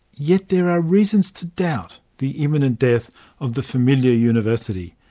yet there are reasons to doubt the imminent death of the familiar university.